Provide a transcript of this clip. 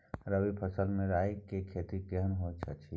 रबी फसल मे राई के खेती केहन होयत अछि?